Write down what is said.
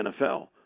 NFL